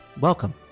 Welcome